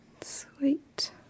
Sweet